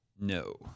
No